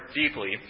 deeply